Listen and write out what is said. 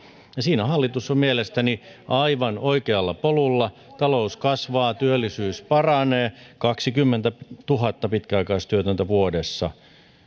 ja siinä hallitus on mielestäni aivan oikealla polulla talous kasvaa työllisyys paranee kaksikymmentätuhatta pitkäaikaistyötöntä vuodessa on